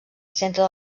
centre